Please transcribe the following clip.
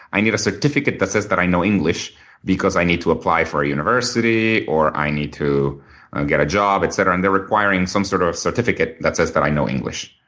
i need a certificate that says that i know english because i need to apply for a university or i need to get a job, etcetera, and they're requiring some sort of certificate that says i know english.